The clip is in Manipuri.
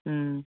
ꯎꯝ